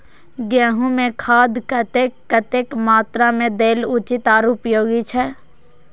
गेंहू में खाद कतेक कतेक मात्रा में देल उचित आर उपयोगी छै?